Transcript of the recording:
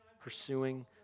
pursuing